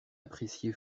apprécié